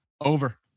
over